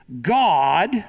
God